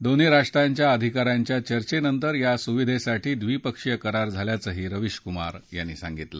दोन्ही राष्ट्रांच्या अधिका यांच्या चर्चेनंतर या सुविधेसाठी द्विपक्षीय करार झाल्याचंही रविश कुमार यांनी सांगितलं